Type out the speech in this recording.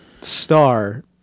star